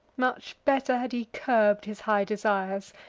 much better had he curb'd his high desires,